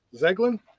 Zeglin